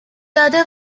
other